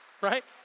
right